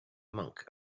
monk